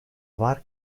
var